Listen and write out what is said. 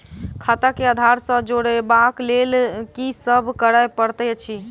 खाता केँ आधार सँ जोड़ेबाक लेल की सब करै पड़तै अछि?